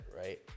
right